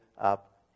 up